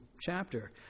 chapter